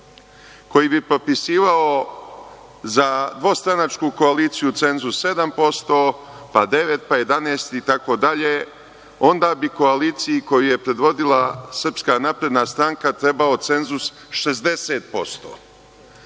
koji bi propisivao za dvostranačku koaliciju cenzus 7%, pa 9, pa 11, itd, onda bi koaliciji koju je predvodila Srpska napredna stranka trebao cenzus 60%.